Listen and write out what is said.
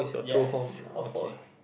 yes of course